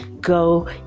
go